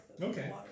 Okay